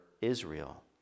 Israel